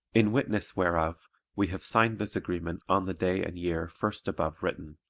in witness whereof we have signed this agreement on the day and year first above written.